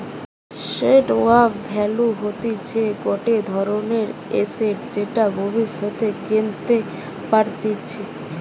store of value হতিছে গটে ধরণের এসেট যেটা ভব্যিষতে কেনতে পারতিছে